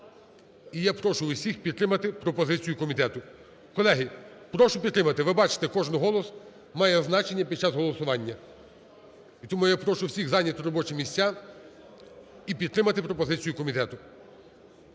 І я прошу всіх підтримати пропозицію комітету. Колеги, прошу підтримати. Ви бачите, кожен голос має значення під час голосування. І тому я прошу всіх зайняти робочі місця і підтримати пропозицію комітету.